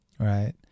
Right